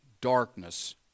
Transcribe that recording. darkness